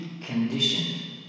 Condition